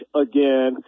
again